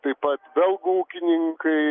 taip pat belgų ūkininkai